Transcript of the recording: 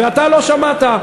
ואתה לא שמעת,